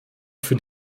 für